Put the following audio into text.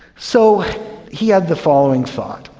so he had the following thought.